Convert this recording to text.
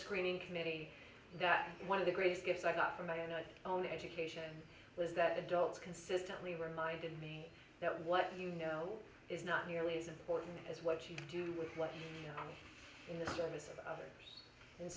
screening committee that one of the greatest gifts i got from my own education was that adults consistently reminded me that what you know is not nearly as important as what you do with what in the service of others and